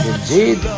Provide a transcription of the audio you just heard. Indeed